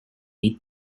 need